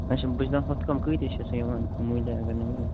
اَچھا بہٕ چھُس دَپان ہُتھٕ کٔنۍ کۭتِس چھُ سُہ یِوان مٔلۍ اَگر نِمہون